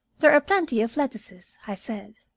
there are plenty of lettuces, i said,